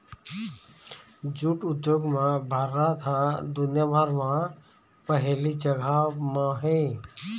jute उद्योग म भारत ह दुनिया भर म पहिली जघा म हे